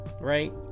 right